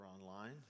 online